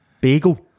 bagel